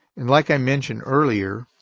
and like i mentioned earlier,